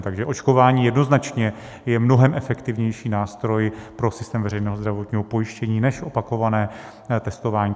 Takže očkování jednoznačně je mnohem efektivnější nástroj pro systém veřejného zdravotního pojištění než opakované testování.